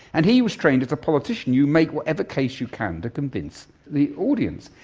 and he was trained as a politician you made whatever case you can to convince the audience.